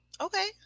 Okay